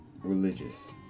religious